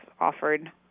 offered